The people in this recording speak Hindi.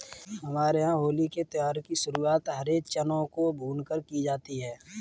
हमारे यहां होली के त्यौहार की शुरुआत हरे चनों को भूनकर की जाती है